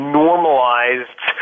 normalized